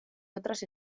otras